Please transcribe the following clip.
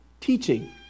teaching